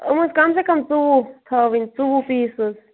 یِم ٲسۍ کَم سے کَم ژوٚوُہ تھاوٕنۍ ژوٚوُہ پیٖس حظ